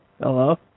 Hello